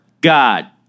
God